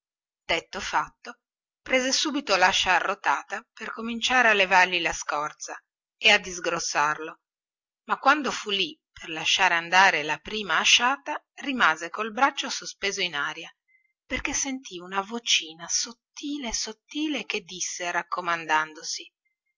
detto fatto prese subito lascia arrotata per cominciare a levargli la scorza e a digrossarlo ma quando fu lì per lasciare andare la prima asciata rimase col braccio sospeso in aria perché sentì una vocina sottile che disse raccomandandosi